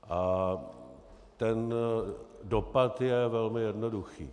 A ten dopad je velmi jednoduchý.